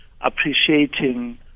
appreciating